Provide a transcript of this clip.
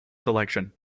selection